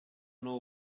know